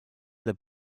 del